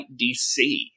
DC